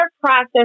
process